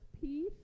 peace